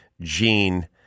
gene